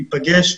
להיפגש,